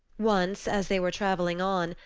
once, as they were traveling on,